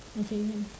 okay can